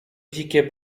dzikie